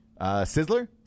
Sizzler